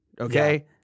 okay